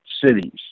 cities